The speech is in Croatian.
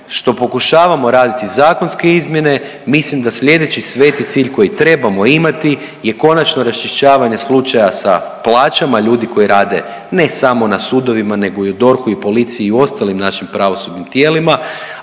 što pokušavamo raditi zakonske izmjene mislim da slijedeći sveti cilj koji trebamo imati je konačno raščišćavanje slučaja sa plaćama ljudi koji rade ne samo na sudovima nego i u DORH-u i policiji i u ostalim našim pravosudnim tijelima,